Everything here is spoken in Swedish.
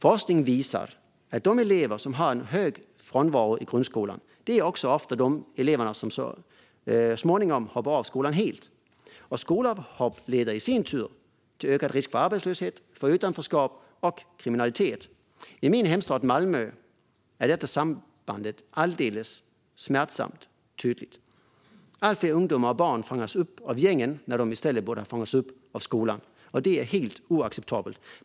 Forskning visar att de elever som har hög frånvaro i grundskolan också ofta är de elever som så småningom hoppar av skolan helt. Och skolavhopp leder i sin tur till ökad risk för arbetslöshet, utanförskap och kriminalitet. I min hemstad Malmö är detta samband alldeles smärtsamt tydligt. Allt fler ungdomar och barn fångas upp av gängen när de i stället borde ha fångats upp av skolan. Det är helt oacceptabelt.